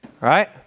right